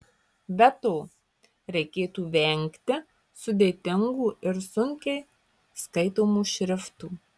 be to reikėtų vengti sudėtingų ir sunkiai skaitomų šriftų